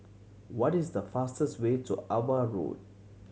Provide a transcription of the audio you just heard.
what is the fastest way to Ava Road